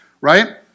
right